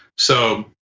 so